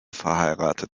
verheiratet